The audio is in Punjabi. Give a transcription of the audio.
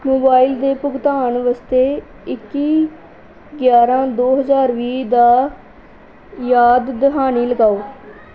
ਮੋਬਾਈਲ ਦੇ ਭੁਗਤਾਨ ਵਾਸਤੇ ਇੱਕੀ ਗਿਆਰ੍ਹਾਂ ਦੋ ਹਜ਼ਾਰ ਵੀਹ ਦਾ ਯਾਦ ਦਹਾਨੀ ਲਗਾਓ